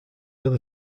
other